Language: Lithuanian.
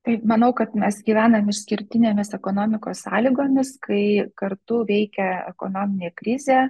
tai manau kad mes gyvenam išskirtinėmis ekonomikos sąlygomis kai kartu veikia ekonominė krizė